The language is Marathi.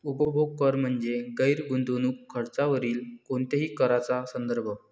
उपभोग कर म्हणजे गैर गुंतवणूक खर्चावरील कोणत्याही कराचा संदर्भ